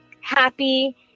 happy